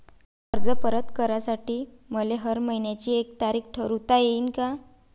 कर्ज परत करासाठी मले हर मइन्याची एक तारीख ठरुता येईन का?